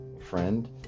friend